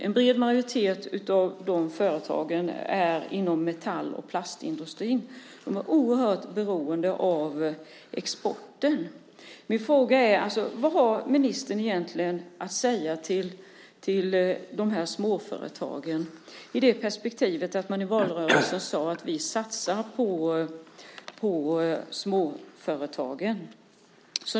En bred majoritet av företagen är inom metall och plastindustrin. De är oerhört beroende av exporten. Min fråga är alltså: Vad har ministern egentligen att säga till de här småföretagen i det perspektivet att man i valrörelsen sade "vi satsar på småföretagen"?